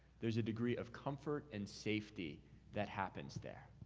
there's a degree of comfort and safety that happens there.